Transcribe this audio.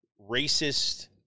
racist